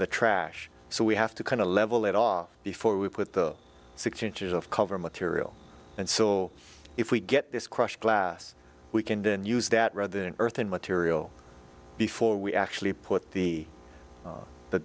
the trash so we have to kind of level it off before we put the six inches of cover material and so if we get this crushed glass we can then use that rather than earthen material before we actually put the